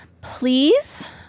please